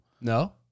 No